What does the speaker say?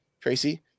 tracy